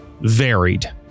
varied